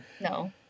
No